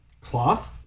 Cloth